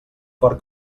cor